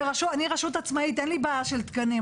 אני רשות עצמאית אין לי בעיה של תקנים,